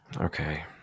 Okay